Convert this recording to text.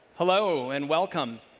hello and welcome,